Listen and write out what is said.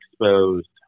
exposed